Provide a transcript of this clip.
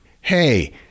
Hey